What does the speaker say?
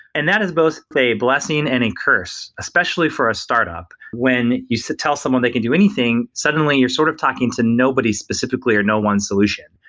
and that is both a blessing and a curse, especially for a startup. when you so tell someone they can do anything, suddenly you're sort of talking to nobody specifically or no one solution.